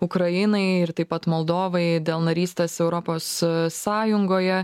ukrainai ir taip pat moldovai dėl narystės europos sąjungoje